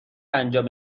انجام